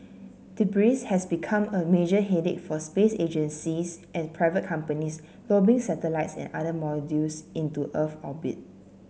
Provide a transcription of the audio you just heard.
debris has become a major headache for space agencies and private companies lobbing satellites and other modules into Earth orbit